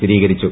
സ്ഥിരീകരിച്ചു